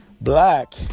Black